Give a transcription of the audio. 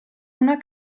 una